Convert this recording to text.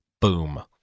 Boom